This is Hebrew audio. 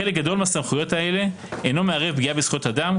חלק גדול מהסמכויות הללו איננו מערב פגיעה בזכויות אדם,